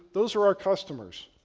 those are our customers.